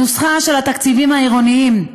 הנוסחה של התקציבים העירוניים,